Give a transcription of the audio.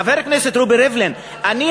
חבר הכנסת רובי ריבלין, אבל עכשיו רוצים להסדיר.